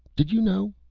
did you know?